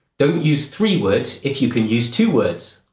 don't use three words if you can use two words.